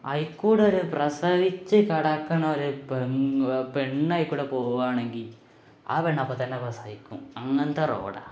അതില്ക്കൂടൊരു പ്രസവിച്ച് കിടക്കണൊരു പെണ്ണ അതില്ക്കൂടെ പോകുവാണെങ്കില് ആ പെണ്ണപ്പത്തന്നെ പ്രസവിക്കും അങ്ങനത്തെ റോഡാണ്